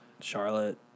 Charlotte